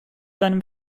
deinem